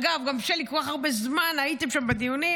אגב, גם, שלי, כל כך הרבה זמן הייתם שם בדיונים.